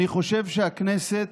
אני חושב שהכנסת,